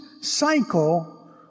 cycle